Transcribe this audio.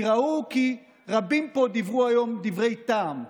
כי ראו שרבים פה דיברו היום דברי טעם.